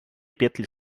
петли